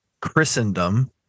Christendom